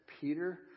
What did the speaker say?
Peter